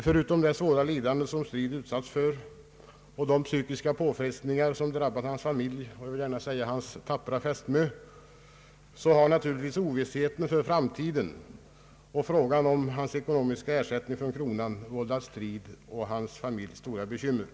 Förutom de svåra lidanden som Stridh utsatts för och de psykiska påfrestningar som drabbat hans familj — jag vill också gärna nämna hans tappra fästmö — har naturligtvis ovissheten för framtiden och frågan om ekonomisk ersättning till honom från kronan vållat Stridh och hans familj stora bekymmer.